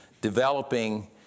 developing